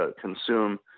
consume